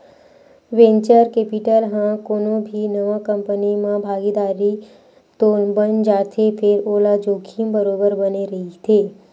venture capital ह कोनो भी नवा कंपनी म भागीदार तो बन जाथे फेर ओला जोखिम बरोबर बने रहिथे